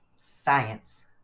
Science